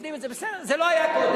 נותנים את זה, בסדר, זה לא היה קודם.